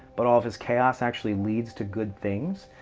but all of his chaos actually leads to good things.